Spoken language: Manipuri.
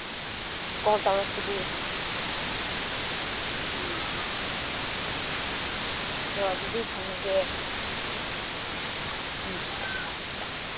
ꯀꯣꯜ ꯇꯧꯔꯛꯄꯗꯤ ꯎꯝ ꯎꯝ ꯇꯣ ꯑꯗꯨꯗꯤ ꯊꯝꯃꯒꯦ ꯎꯝ